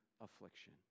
affliction